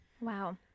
Wow